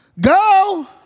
go